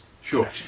sure